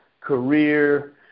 career